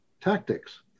tactics